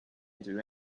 into